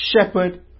shepherd